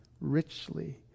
richly